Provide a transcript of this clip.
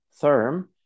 term